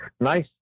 Nice